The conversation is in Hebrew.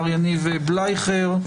מה יניב בלייכר,